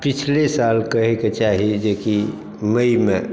पिछले साल कहैके चाही जे कि मईमे